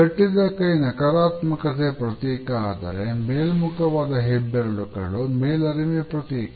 ಕಟ್ಟಿದ ಕೈ ನಕಾರಾತ್ಮಕತೆಯ ಪ್ರತೀಕ ಆದರೆ ಮೇಲ್ಮುಖವಾದ ಹೆಬ್ಬೆರಳುಗಳು ಮೇಲರಿಮೆಯ ಪ್ರತೀಕ